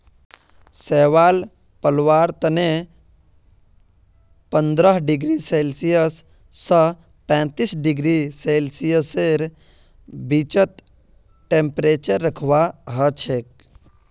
शैवाल पलवार तने पंद्रह डिग्री सेल्सियस स पैंतीस डिग्री सेल्सियसेर बीचत टेंपरेचर रखवा हछेक